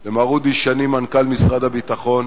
למר אודי שני, מנכ"ל משרד הביטחון,